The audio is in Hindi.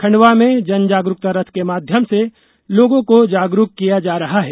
खंडवा में जन जागरूकता रथ के माध्यम से लोगों को जागरूक किया जा रहा है